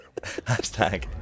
Hashtag